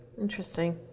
interesting